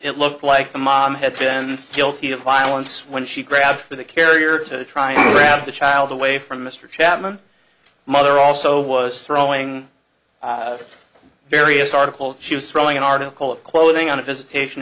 it looked like the mom had been guilty of violence when she grabbed for the carrier to try and grab the child away from mr chapman mother also was throwing the various articles she was throwing an article of clothing on a visitation